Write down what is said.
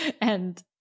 and-